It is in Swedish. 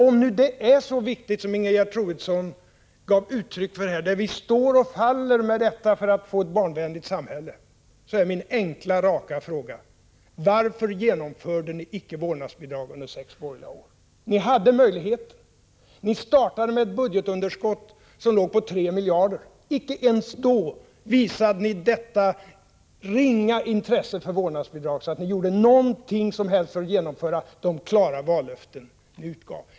Om vårdnadsbidrag är så viktigt som Ingegerd Troedsson gav uttryck för här, att vi står och faller med det för att få ett barnvänligt samhälle, är min enkla raka fråga: Varför genomförde ni icke vårdnadsbidrag under sex borgerliga år? Ni hade möjlighet. Ni startade med ett budgetunderskott på 3 miljarder. Men då visade ni icke ens ett sådant ringa intresse för vårdnadsbidrag att ni gjorde något som helst för att genomföra de klara vallöften ni utgav.